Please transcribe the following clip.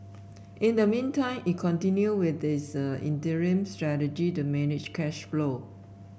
in the meantime it continued with its interim strategy to manage cash flow